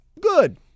Good